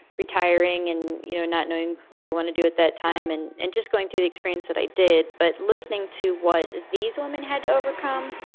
retiring and, you know, not knowing what i want to do at that time and and just going through the experience that i did, but listening to what these women had to overcome,